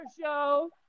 show